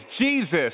Jesus